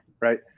Right